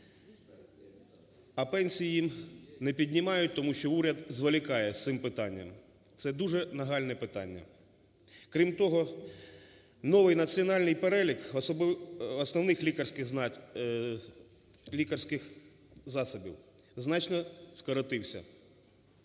А пенсії їм не піднімають, тому що уряд зволікає з цим питанням, це дуже нагальне питання. Крім того, новий Національний перелік основних лікарських засобів значно скоротився,